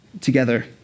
together